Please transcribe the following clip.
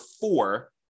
four